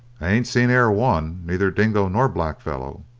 ain't seen e'er a one, neither dingo nor blackfellow.